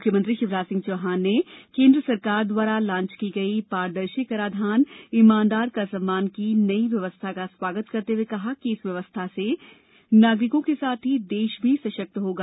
मुख्यमंत्री शिवराज सिंह चौहान ने केंद्र सरकार द्वारा लांच की गयी पारदर्शी कराधान ईमानदार का सम्मान की नयी व्यवस्था का स्वागत करते हुए कहा कि इस व्यवस्था से नागरिकों के साथ ही देश भी सशक्त होगा